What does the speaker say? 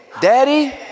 Daddy